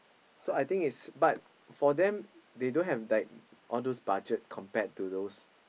so I think it's but for them they don't have like all those budget compared to those